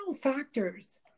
factors